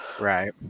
Right